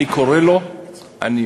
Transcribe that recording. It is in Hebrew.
אני קורא לו לחזור,